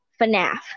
FNAF